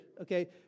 okay